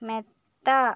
മെത്ത